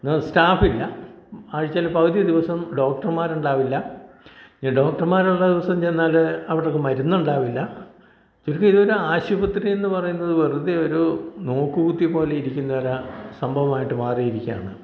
നേ സ്റ്റാഫ് ഇല്ല ആഴ്ചയിൽ പകുതി ദിവസം ഡോക്ടർമാർ ഉണ്ടാവില്ല ഇനി ഡോക്ടർമാർ ഉള്ള ദിവസം ചെന്നാൽ അവർക്ക് മരുന്ന് ഉണ്ടാവില്ല ചുരുക്കം ഇത് വല്ല ആശുപത്രി എന്ന് പറയുന്നത് വെറുതെ ഒരു നോക്കുകുത്തി പോലെ ഇരിക്കുന്ന ഒര സംഭവമായിട്ട് മാറിയിരിക്കുകയാണ്